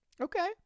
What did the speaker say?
Okay